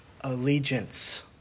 allegiance